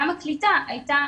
גם הקליטה הייתה